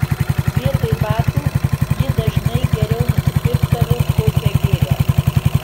vietoj batų ji dažnai geriau nusipirkdavo kokią gėlę